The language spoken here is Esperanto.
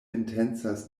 intencas